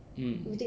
mm